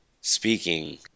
speaking